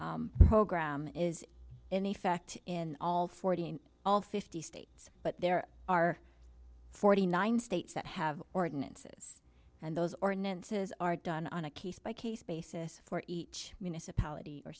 program is in effect in all forty in all fifty states but there are forty nine states that have ordinances and those ordinances are done on a case by case basis for each municipality or